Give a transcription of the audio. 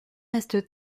reste